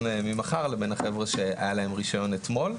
ממחר לבין החבר'ה שהיה להם רישיון אתמול.